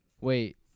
Wait